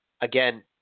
again